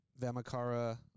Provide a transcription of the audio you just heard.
Vamakara